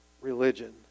religion